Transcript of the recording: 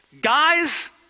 guys